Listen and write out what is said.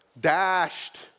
dashed